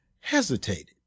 hesitated